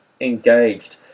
engaged